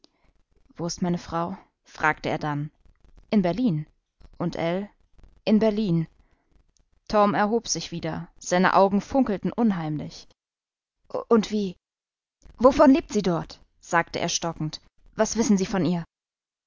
wo ist meine frau fragte er dann in berlin und ell in berlin torm erhob sich wieder seine augen funkelten unheimlich und wie wovon lebt sie dort sagte er stockend was wissen sie von ihr